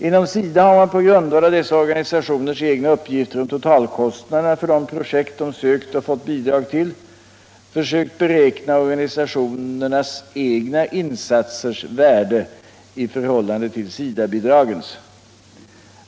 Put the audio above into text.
Inom SIDA har man, på grundval av dessa organisationers egna uppgifter om totalkostnaderna för det projekt som de sökt och fått bidrag till, försökt beräkna organisationernas egna insatsers värde i förhållande till SIDA-bidragens.